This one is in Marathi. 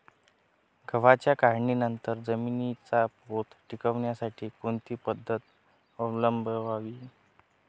गव्हाच्या काढणीनंतर जमिनीचा पोत टिकवण्यासाठी कोणती पद्धत अवलंबवावी?